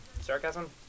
sarcasm